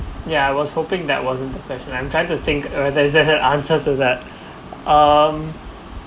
ya I was hoping that wasn't professional I'm trying to think uh answer to that um